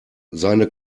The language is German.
seine